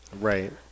Right